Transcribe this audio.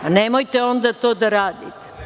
Nemojte onda to da radite.